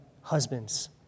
husbands